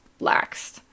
laxed